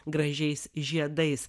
gražiais žiedais